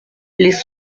les